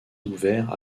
ouvert